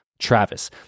Travis